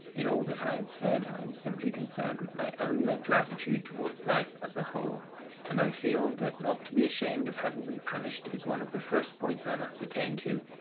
in all that i have said i am simply concerned with my own mental attitude towards life as a whole and i feel that not to be ashamed of having been punished is one of the first points i must attain to,